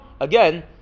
Again